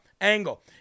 angle